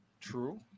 true